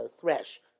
thresh